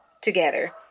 together